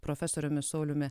profesoriumi sauliumi